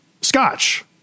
scotch